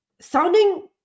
sounding